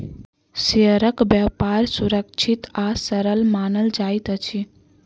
शेयरक व्यापार सुरक्षित आ सरल मानल जाइत अछि